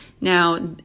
Now